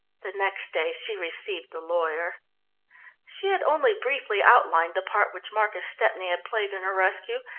the next day she received the lawyer she had only briefly outlined the part which marcus stepney had played in her rescue,